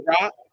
Rock